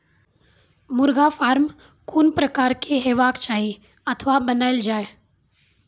मुर्गा फार्म कून प्रकारक हेवाक चाही अथवा बनेल जाये?